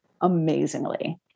amazingly